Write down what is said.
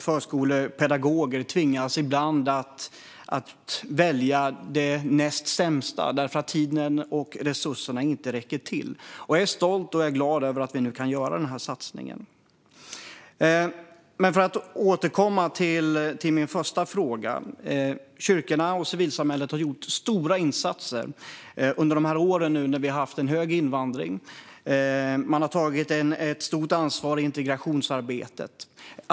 Förskolepedagoger tvingas ibland att välja det näst sämsta eftersom tiden och resurserna inte räcker till. Jag är stolt och glad över att vi nu kan göra denna satsning. Men jag ska återkomma till min första fråga. Kyrkorna och civilsamhället har gjort stora insatser nu under de år när vi har haft en stor invandring. De har tagit ett stort ansvar i integrationsarbetet.